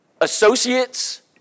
associates